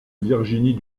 virginie